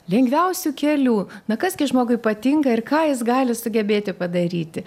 lengviausiu keliu bet kas gi žmogui patinka ir ką jis gali sugebėti padaryti